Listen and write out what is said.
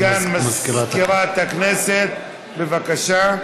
לסגן מזכירת הכנסת, בבקשה.